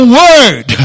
word